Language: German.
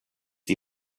die